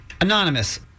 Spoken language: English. Anonymous